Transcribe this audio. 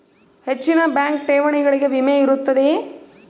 ಹೆಚ್ಚಿನ ಬ್ಯಾಂಕ್ ಠೇವಣಿಗಳಿಗೆ ವಿಮೆ ಇರುತ್ತದೆಯೆ?